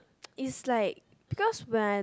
is like because when I